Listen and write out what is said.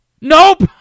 Nope